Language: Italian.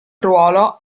ruolo